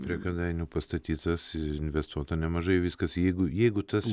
prie kėdainių pastatytas ir investuota nemažai viskas jeigu jeigu tas